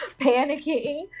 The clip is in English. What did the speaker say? panicking